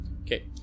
Okay